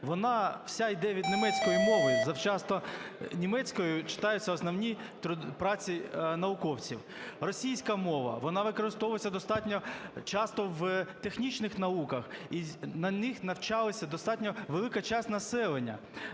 вона вся йде від німецької мови, часто німецькою читаються основні праці науковців. Російська мова, вона використовується достатньо часто в технічних науках і на них навчалася достатньо великачасть населення.